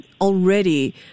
already